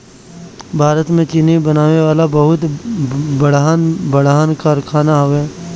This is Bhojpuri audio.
भारत में चीनी बनावे वाला बहुते बड़हन बड़हन कारखाना हवे